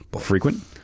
frequent